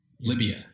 Libya